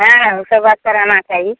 हँ उ से बात कराना चाही